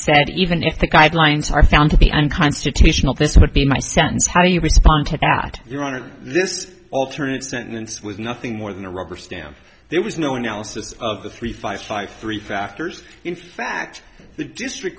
said even if the guidelines are found to be unconstitutional this would be my sentence how you respond to that your honor this alternate sentence was nothing more than a rubber stamp there was no analysis of the three five five three factors in fact the district